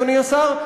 אדוני השר,